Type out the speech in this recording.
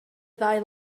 ddau